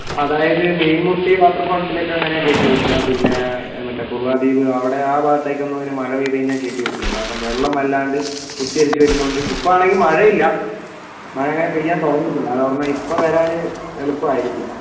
അതായത് മീൻമുട്ടി വാട്ടർഫാൾസിലേക്ക് അങ്ങനെ കയറ്റി വിടില്ല പിന്നെ മറ്റെ കുറുവദ്വീപ് അവിടെ ആ ഭാഗത്തേക്കൊന്നും അങ്ങനെ മഴ പെയ്തു കഴിഞ്ഞാൽ കയറ്റി വിടില്ല കാരണം വെള്ളം വല്ലാണ്ട് കുത്തിയൊലിച്ച് വരുന്നതുകൊണ്ട് ഇപ്പം ആണെങ്കിൽ മഴയില്ല മഴ അങ്ങനെ പെയ്യാൻ തുടങ്ങിയിട്ടില്ല കാരണം ഇപ്പോൾ വരാൻ എളുപ്പം ആയിരിക്കും